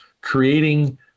creating